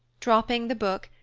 dropping the book,